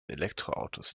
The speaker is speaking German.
elektroautos